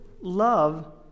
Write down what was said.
love